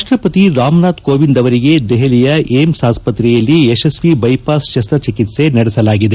ರಾಷ್ಲಪತಿ ರಾಮನಾಥ್ ಕೋವಿಂದ್ ಅವರಿಗೆ ದೆಹಲಿಯ ಏಮ್ ಆಸ್ಪತ್ರೆಯಲ್ಲಿ ಯಶಸ್ತಿ ಬೈಪಾಸ್ ಶಸಚಿಕಿತ್ಸೆ ನಡೆಸಲಾಗಿದೆ